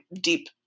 deep